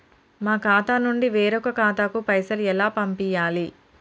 మా ఖాతా నుండి వేరొక ఖాతాకు పైసలు ఎలా పంపియ్యాలి?